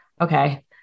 okay